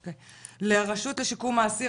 לרשות לשיקום האסיר,